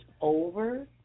over